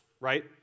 right